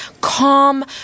calm